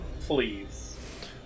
Please